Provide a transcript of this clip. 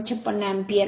56 ampere